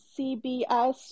CBS